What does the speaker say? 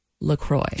LaCroix